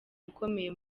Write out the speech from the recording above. ukomeye